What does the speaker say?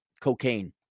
cocaine